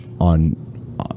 on